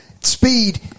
speed